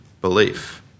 belief